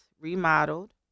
remodeled